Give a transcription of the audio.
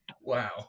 Wow